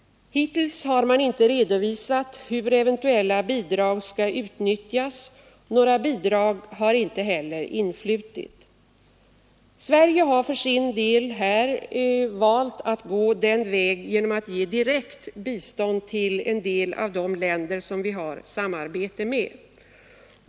Hittills har man inte redovisat hur eventuella bidrag skall utnyttjas. Några bidrag har inte heller influtit. Sverige har för sin del valt att ge direkt bistånd till en del av de länder vi har samarbete med.